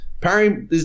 parry